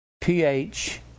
p-h